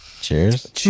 cheers